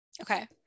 Okay